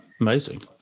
amazing